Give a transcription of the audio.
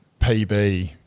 PB